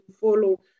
follow